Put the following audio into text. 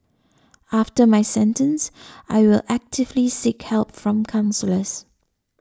after my sentence I will actively seek help from counsellors